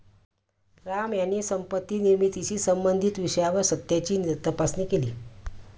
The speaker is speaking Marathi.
राम यांनी संपत्ती निर्मितीशी संबंधित विषयावर सत्याची तपासणी केली